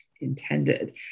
intended